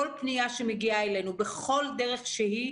כל פנייה שמגיעה אלינו בכל דרך שהיא,